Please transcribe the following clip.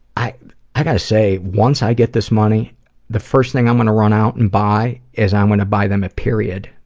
i i gotta say, once i get this money the first thing i'm gonna run out and buy is, i'm gonna buy them a period,